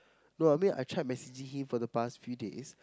no I mean I tried messaging him for the past few days